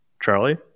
Charlie